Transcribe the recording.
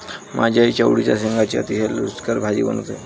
माझी आई चवळीच्या शेंगांची अतिशय रुचकर भाजी बनवते